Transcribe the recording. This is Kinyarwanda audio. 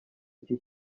iki